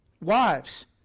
Wives